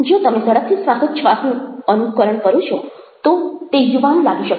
જો તમે ઝડપી શ્વાસોચ્છવાસનું અનુકરણ કરો છો તો તે યુવાન લાગી શકે છે